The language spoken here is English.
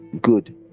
good